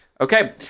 Okay